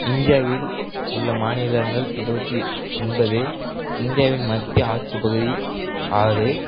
இந்தியாவில் உள்ள மாநிலங்கள் இருபத்தி ஒன்பது இந்தியாவின் மத்திய ஆட்சிப் பகுதி ஆறு